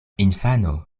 infano